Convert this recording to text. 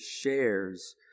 shares